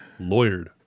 lawyered